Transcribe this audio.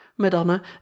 Madonna